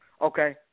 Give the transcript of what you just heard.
okay